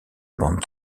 bande